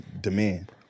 demand